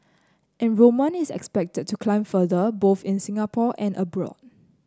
enrolment is expected to climb further both in Singapore and abroad